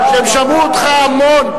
שהם שמעו אותך המון.